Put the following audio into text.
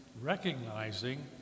recognizing